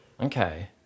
Okay